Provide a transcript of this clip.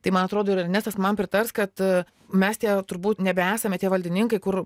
tai man atrodo ir ernestas man pritars kad mes tie turbūt nebeesame tie valdininkai kur